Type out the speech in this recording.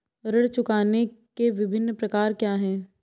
ऋण चुकाने के विभिन्न प्रकार क्या हैं?